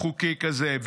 חוקי כזה.